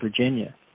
Virginia